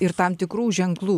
ir tam tikrų ženklų